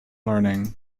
learning